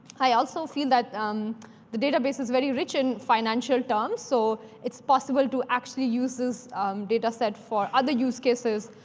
i also feel that um the database is very rich in financial terms, so it's possible to actually use this dataset for other use cases,